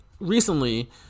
recently